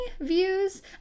views